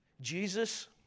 Jesus